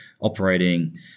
operating